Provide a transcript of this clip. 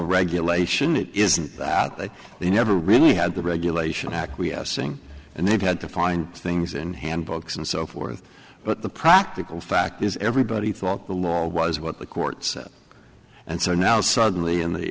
regulation it isn't that that they never really had the regulation acquiescing and they've had to find things in hand books and so forth but the practical fact is everybody thought the law was what the court said and so now suddenly in the